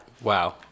Wow